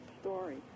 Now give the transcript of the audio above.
story